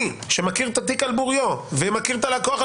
אני שמכיר את התיק על בוריו ומכיר את הלקוח על